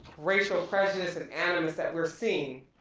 racial prejudice and animus that we're seeing,